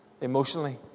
emotionally